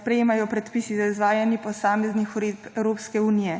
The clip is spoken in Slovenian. sprejemajo predpisi za izvajanje posameznih uredb Evropske unije.